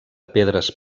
pedres